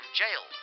jail